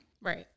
Right